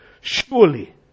Surely